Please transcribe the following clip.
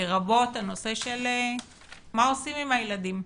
לרבות הנושא של מה עושים עם הילדים.